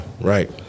Right